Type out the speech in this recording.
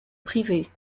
privée